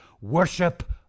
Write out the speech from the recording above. worship